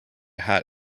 hat